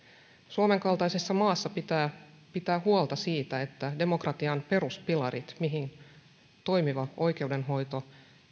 suomen kaltaisessa maassa pitää pitää huolta siitä että demokratian peruspilareita joihin kuuluvat toimiva oikeudenhoito